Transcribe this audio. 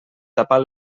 tapar